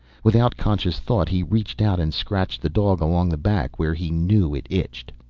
without conscious thought he reached out and scratched the dog along the back, where he knew it itched.